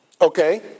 Okay